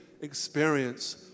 experience